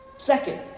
Second